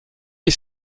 est